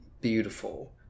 beautiful